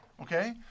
Okay